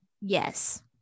Yes